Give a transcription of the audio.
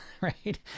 right